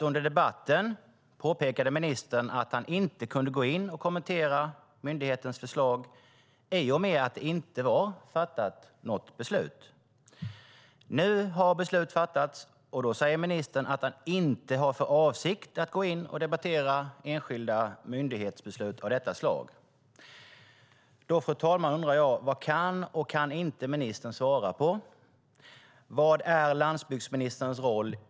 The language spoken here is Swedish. Under debatten påpekade ministern att han inte kunde gå in och kommentera myndighetens förslag i och med att något beslut inte var fattat. Nu har beslut fattats, och då säger ministern att han inte har för avsikt att gå in och debattera enskilda myndighetsbeslut av detta slag. Fru talman! Jag undrar: Vad kan och vad kan inte ministern svara på? Vilken är egentligen landsbygdsministerns roll?